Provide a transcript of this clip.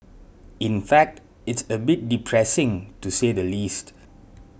in fact it's a bit depressing to say the least